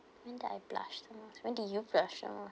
when did I blush the most when did you blush the most